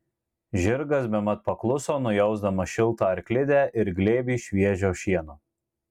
žirgas bemat pakluso nujausdamas šiltą arklidę ir glėbį šviežio šieno